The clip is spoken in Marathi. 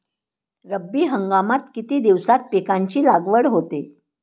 रब्बी हंगामात किती दिवसांत पिकांची लागवड होते?